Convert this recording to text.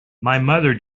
mother